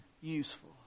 useful